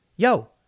Yo